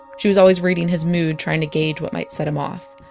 she was always reading his mood, trying to gauge what might set him off.